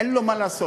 אין לו מה לעשות.